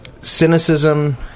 cynicism